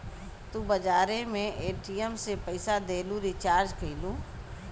तू बजारे मे ए.टी.एम से पइसा देलू, रीचार्ज कइलू